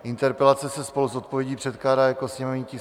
Interpelace se spolu s odpovědí předkládá jako sněmovní tisk 764.